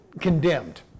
condemned